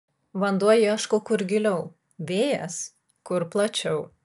vanduo ieško kur giliau vėjas kur plačiau